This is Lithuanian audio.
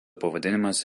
pavadinimas